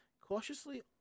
cautiously